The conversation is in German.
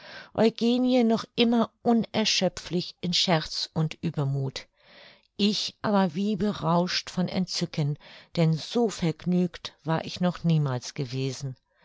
eugenie noch immer unerschöpflich in scherz und uebermuth ich aber wie berauscht von entzücken denn so vergnügt war ich noch niemals gewesen